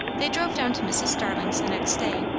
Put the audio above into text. they drove down to mrs. starling's the next day.